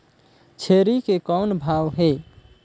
छेरी के कौन भाव हे?